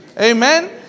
Amen